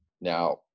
Now